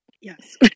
yes